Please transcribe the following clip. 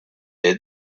the